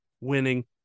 winning